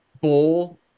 bull